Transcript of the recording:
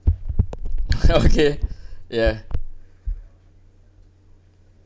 okay ya